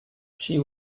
she